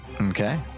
Okay